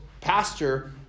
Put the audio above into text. pastor